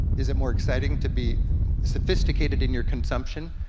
is it more exciting to be sophisticated in your consumption,